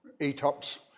ETOPS